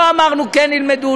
לא אמרנו: כן ילמדו,